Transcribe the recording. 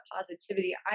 positivity